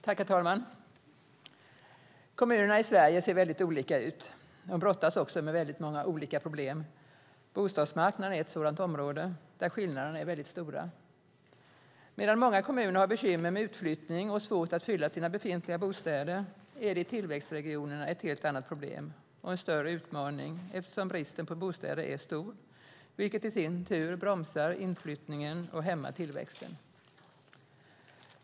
Herr talman! Kommunerna i Sverige ser väldigt olika ut och brottas också med många olika problem. Bostadsmarknaden är ett sådant område där skillnaderna är stora. Medan många kommuner har bekymmer med utflyttning och svårt att fylla sina befintliga bostäder är det i tillväxtregionerna ett helt annat problem och en större utmaning eftersom bristen på bostäder är stor, vilket i sin tur bromsar inflyttningen och hämmar tillväxten.